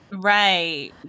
right